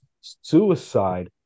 suicide